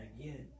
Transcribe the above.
Again